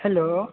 hello